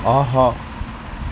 ஆஹா